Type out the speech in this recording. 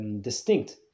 distinct